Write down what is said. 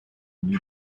new